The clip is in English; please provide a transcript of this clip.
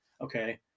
okay